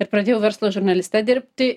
ir pradėjau verslo žurnaliste dirbti